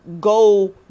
go